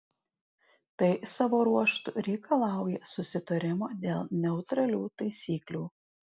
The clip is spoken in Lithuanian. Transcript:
tai savo ruožtu reikalauja susitarimo dėl neutralių taisyklių